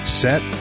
set